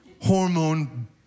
hormone